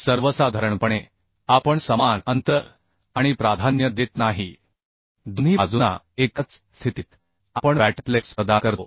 सर्वसाधारणपणे आपण समान अंतर आणि प्राधान्य देत नाही दोन्ही बाजूंना एकाच स्थितीत आपण बॅटन प्लेट्स प्रदान करतो